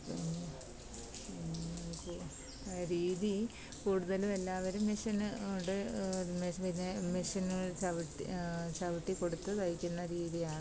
പിന്നെ രീതി കൂടുതലും എല്ലാവരും മിഷന് ഓട് മെഷ്യനെ മിഷനില് ചവിട്ടി ചവിട്ടി കൊടുത്ത് തയ്ക്കുന്ന രീതിയാണ്